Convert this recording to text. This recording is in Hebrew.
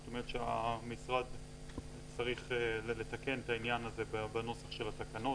זאת אומרת שהמשרד צריך לתקן את העניין הזה בנוסח התקנות.